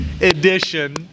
edition